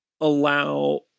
allow